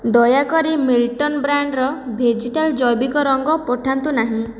ଦୟାକରି ମିଲଟନ୍ ବ୍ରାଣ୍ଡ୍ର ଭେଜିଟାଲ ଜୈବିକ ରଙ୍ଗ ପଠାନ୍ତୁ ନାହିଁ